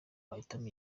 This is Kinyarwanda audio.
wahitamo